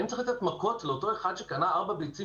האם צריך לתת מכות לאותו אחד שקנה ארבע ביצים